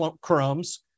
crumbs